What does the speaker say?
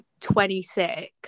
26